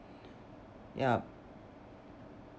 yeah